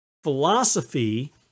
philosophy